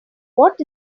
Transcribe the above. what